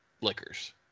liquors